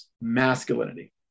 masculinity